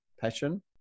Passion